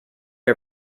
are